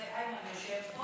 איימן יושב פה.